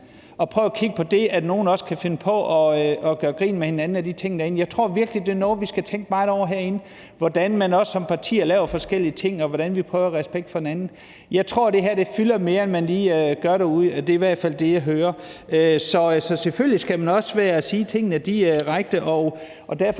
og prøv at kigge på, hvordan nogle også kan finde på at gøre grin med hinanden og sådan nogle ting derinde. Jeg tror virkelig, det er noget, vi skal tænke meget over herinde, altså hvordan vi som partier også laver forskellige ting, og hvordan vi prøver at have respekt for hinanden. Jeg tror, det her fylder mere, end man lige tror, derude. Det er i hvert fald det, jeg hører. Selvfølgelig skal man også sige tingene direkte,